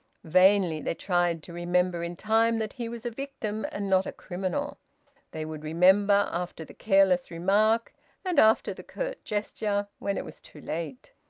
vainly they tried to remember in time that he was a victim and not a criminal they would remember after the careless remark and after the curt gesture, when it was too late.